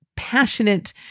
passionate